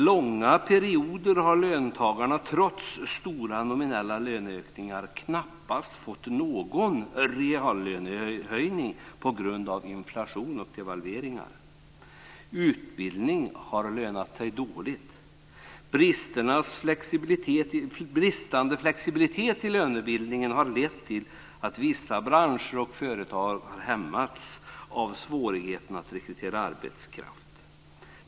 Långa perioder har löntagarna trots stora nominella löneökningar knappast fått några reallönehöjningar på grund av inflation och devalveringar. Utbildning har lönat sig dåligt. Bristande flexibilitet i lönebildningen har lett till att vissa branscher och företag har hämmats av svårigheter att rekrytera arbetskraft.